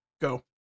Go